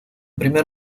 primer